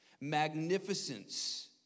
magnificence